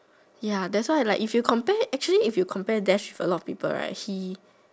ya that's why like if you compare actually if you compare dash to a lot of people right he